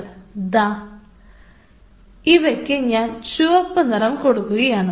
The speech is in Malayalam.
ഞാൻ ദാ ഇവയ്ക്ക് ചുവപ്പുനിറം കൊടുക്കുകയാണ്